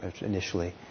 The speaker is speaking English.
initially